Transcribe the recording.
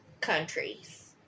countries